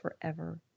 forever